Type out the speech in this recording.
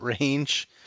range